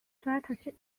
strategy